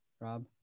Rob